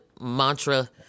mantra